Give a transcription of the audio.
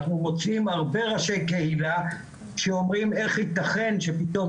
אנחנו מוצאים הרבה ראשי קהילה שאומרים איך יתכן שפתאום